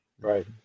Right